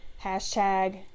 hashtag